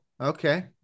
okay